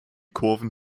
kurven